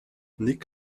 nick